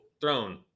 throne